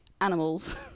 animals